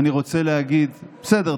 בסדר.